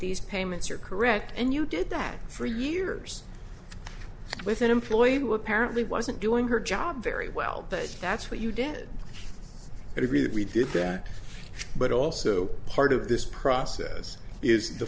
these payments are correct and you did that for years with an employee who apparently wasn't doing her job very well but that's what you did and he really did that but also part of this process is the